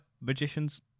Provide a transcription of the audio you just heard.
magician's